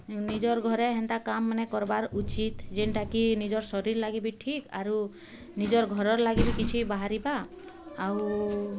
ନିଜର ଘରେ ହେନ୍ତା କାମ ମାନେ କର୍ବାର୍ ଉଚିତ ଯେନ୍ଟା କି ନିଜର ଶରୀର ଲାଗି ବି ଠିକ୍ ଆରୁ ନିଜର୍ ଘର ର ଲାଗି ବି କିଛି ବାହାରିବା ଆଉ